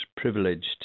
privileged